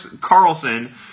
Carlson